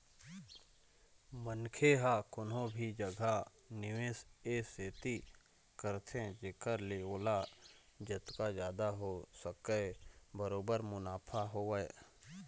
मनखे ह कोनो भी जघा निवेस ए सेती करथे जेखर ले ओला जतका जादा हो सकय बरोबर मुनाफा होवय